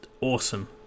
awesome